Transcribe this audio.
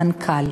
המנכ"ל.